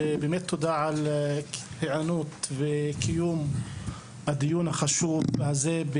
ובאמת תודה על ההיענות ועל קיום הדיון החשוב הזה.